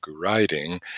writing